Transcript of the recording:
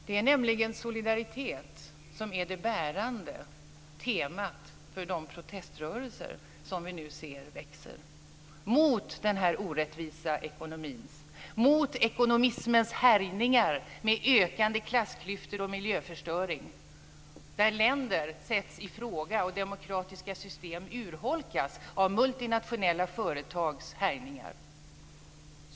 Det är nämligen solidaritet som är det bärande temat för de proteströrelser som vi nu ser växer mot den här orättvisa ekonomin och mot ekonomismens härjningar med ökande klassklyftor och miljöförstöring där länder sätts i fråga och demokratiska system urholkas av multinationella företags härjningar.